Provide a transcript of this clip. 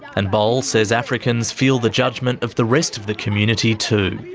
and bol says africans feel the judgment of the rest of the community too.